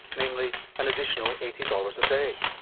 namely an additional eighty dollars a day.